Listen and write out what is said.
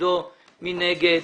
מי נגד?